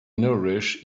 nourish